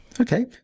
Okay